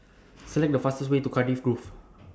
Select The fastest Way to Cardiff Grove